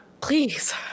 Please